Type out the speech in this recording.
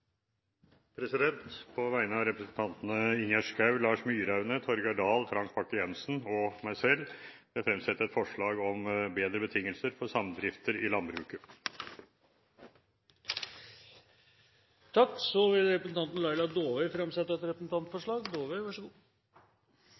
På vegne av representantene Ingjerd Schou, Lars Myraune, Torgeir Dahl, Frank Bakke-Jensen og meg selv vil jeg fremsette et forslag om bedre betingelser for samdrifter i landbruket. Representanten Laila Dåvøy vil